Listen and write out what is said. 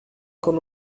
con